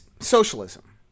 socialism